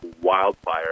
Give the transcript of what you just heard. wildfire